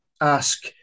ask